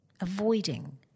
Avoiding